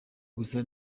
gusa